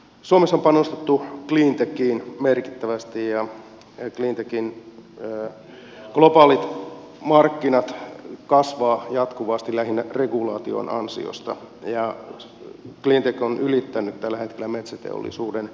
suomessa on panostettu cleantechiin merkittävästi ja cleantechin globaalit markkinat kasvavat jatkuvasti lähinnä regulaation ansiosta ja cleantech on ylittänyt tällä hetkellä metsäteollisuuden viennin arvon